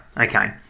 Okay